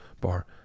bar